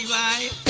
sai